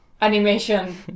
animation